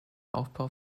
aufbau